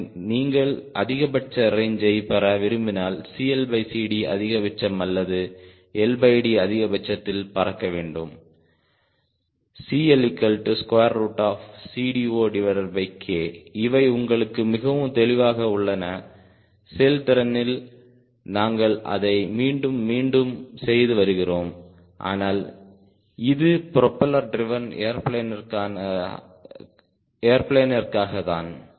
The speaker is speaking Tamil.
ஆகவே நீங்கள் அதிகபட்ச ரேஞ்சை பெற விரும்பினால் CLCD அதிகபட்சம் அல்லது LD அதிகபட்சத்தில் பறக்க வேண்டும் CLCD0K இவை உங்களுக்கு மிகவும் தெளிவாக உள்ளன செயல்திறனில் நாங்கள் அதை மீண்டும் மீண்டும் செய்து வருகிறோம் ஆனால் இது ப்ரொபெல்லர் ட்ரிவேன் ஏர்பிளேனிற்காக தான்